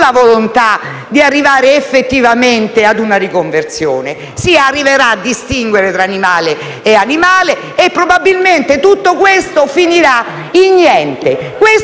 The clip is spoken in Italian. volontà di arrivare effettivamente a una riconversione; si arriverà a distinguere tra animale e animale e probabilmente tutto questo finirà in niente. Questo